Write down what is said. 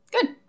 Good